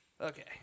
Okay